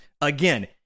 again